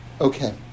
Okay